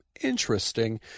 interesting